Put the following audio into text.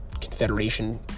Confederation